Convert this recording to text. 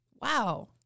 wow